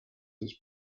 his